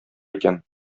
икән